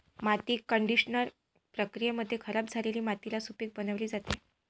माती कंडिशनर प्रक्रियेद्वारे खराब झालेली मातीला सुपीक बनविली जाते